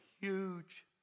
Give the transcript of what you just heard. huge